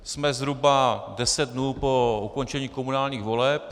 Jsme zhruba deset dnů po ukončení komunálních voleb.